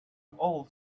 old